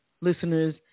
listeners